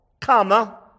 comma